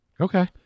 Okay